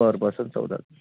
बरं बसंन चौदाला